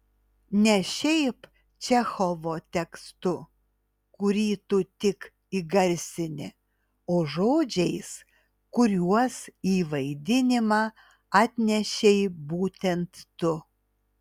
ne šiaip čechovo tekstu kurį tu tik įgarsini o žodžiais kuriuos į vaidinimą atnešei būtent tu